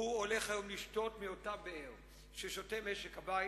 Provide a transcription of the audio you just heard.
הוא הולך היום לשתות מאותה באר שמשק הבית